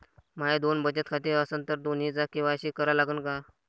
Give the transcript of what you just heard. माये दोन बचत खाते असन तर दोन्हीचा के.वाय.सी करा लागन का?